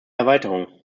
erweiterung